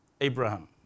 Abraham